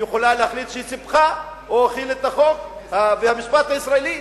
היא יכולה להחליט שהיא סיפחה או החילה את החוק והמשפט הישראלי,